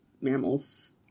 mammals